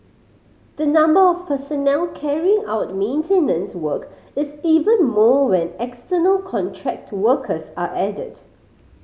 the number of personnel carrying out maintenance work is even more when external contract workers are added